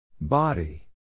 Body